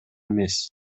эмес